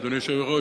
אדוני היושב-ראש,